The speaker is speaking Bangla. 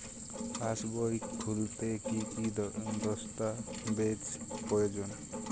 পাসবই খুলতে কি কি দস্তাবেজ প্রয়োজন?